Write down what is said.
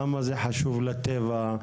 למה זה חשוב לטבע,